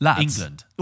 England